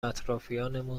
اطرافیانمون